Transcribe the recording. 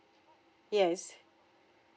yes